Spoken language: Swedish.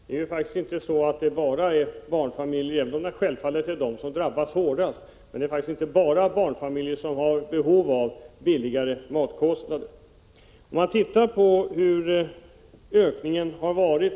Det är självfallet barnfamiljerna som drabbas hårdast av momsen, men det är faktiskt inte bara barnfamiljer som har behov av att få sänkningar av sina matkostnader.